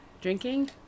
Drinking